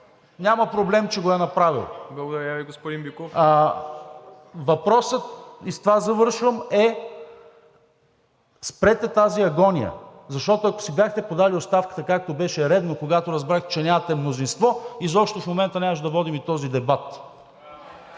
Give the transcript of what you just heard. господин Биков. ТОМА БИКОВ: Въпросът, и с това завършвам, е: спрете тази агония, защото, ако си бяхте подали оставката, както беше редно, когато разбрахте, че нямате мнозинство, изобщо в момента нямаше да водим и този дебат.